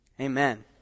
Amen